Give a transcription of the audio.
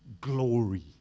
glory